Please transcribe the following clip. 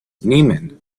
niemann